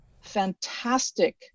fantastic